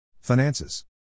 finances